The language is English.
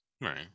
right